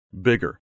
Bigger